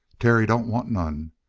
terry don't want none.